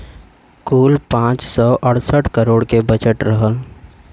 कुल पाँच सौ अड़सठ करोड़ के बजट रहल